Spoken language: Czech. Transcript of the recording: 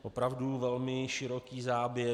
Opravdu velmi široký záběr.